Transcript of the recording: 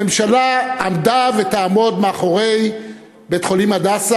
הממשלה עמדה ותעמוד מאחורי בית-חולים "הדסה",